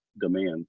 demand